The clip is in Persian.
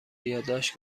یادداشت